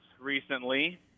recently